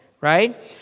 right